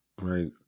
right